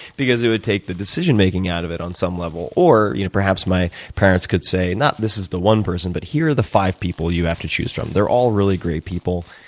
because it would take the decision making out of it on some level or you know perhaps my parents could say not, this is the one person but, here are the five people you have to choose from. they're all really great people.